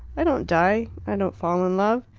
i don't die i don't fall in love.